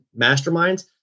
masterminds